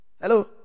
Hello